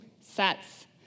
sets